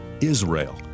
Israel